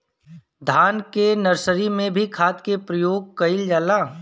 धान के नर्सरी में भी खाद के प्रयोग कइल जाला?